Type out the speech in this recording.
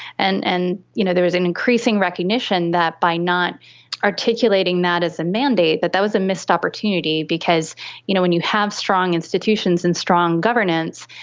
and and you know there was an increasing recognition that by not articulating that as a mandate, that that was a missed opportunity, because you know when you have strong institutions and strong governance,